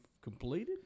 completed